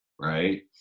right